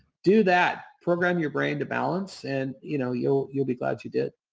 do that. program your brain to balance and you know you'll you'll be glad you did.